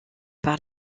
par